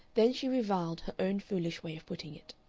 then she reviled her own foolish way of putting it.